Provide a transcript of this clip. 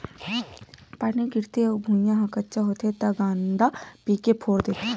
पानी गिरथे अउ भुँइया ह कच्चा होथे त कांदा ह पीकी फोर देथे